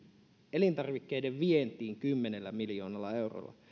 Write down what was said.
elintarvikkeiden vientiin kymmenellä miljoonalla eurolla